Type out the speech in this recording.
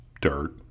dirt